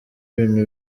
ibintu